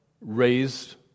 raised